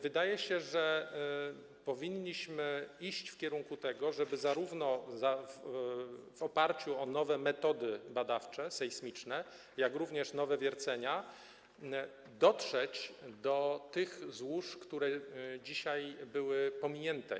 Wydaje się, że powinniśmy iść w kierunku tego, żeby zarówno w oparciu o nowe metody badawcze, sejsmiczne, jak również nowe wiercenia dotrzeć do tych złóż, które do dzisiaj były pominięte.